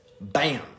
Bam